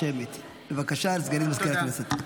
בבקשה, סגנית מזכיר הכנסת.